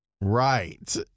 Right